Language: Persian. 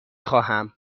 خواهم